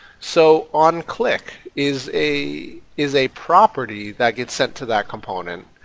so, onclick is a is a property that gets sent to that component,